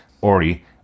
Ori